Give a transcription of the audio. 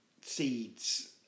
Seeds